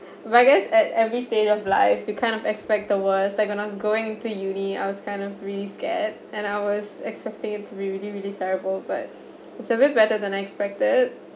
but I guess at every stage of life you kind of expect the worst like I was going to uni I I was kind of really scared and I was expecting it to be really really terrible but it's even better than I expected